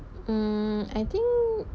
mm I think